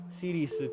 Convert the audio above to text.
series